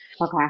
Okay